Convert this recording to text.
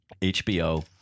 HBO